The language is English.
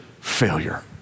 failure